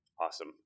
Awesome